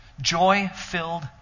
joy-filled